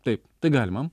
taip tai galima